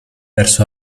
verso